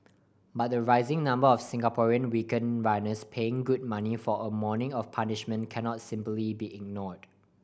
but the rising number of Singaporean weekend runners paying good money for a morning of punishment cannot simply be ignored